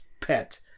pet